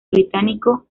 británico